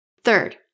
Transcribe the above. Third